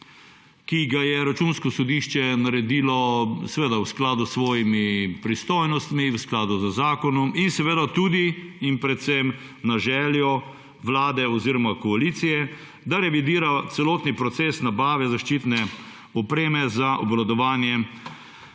ki ga je Računsko sodišče naredilo, seveda v skladu s svojimi pristojnostmi, v skladu z zakonom in tudi in predvsem na željo Vlade oziroma koalicije, da revidira celoten proces nabave zaščitne opreme za obvladovanje